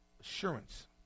Assurance